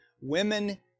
women